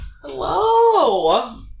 Hello